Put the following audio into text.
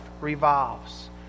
revolves